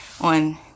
on